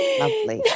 lovely